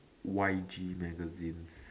Y_G magazines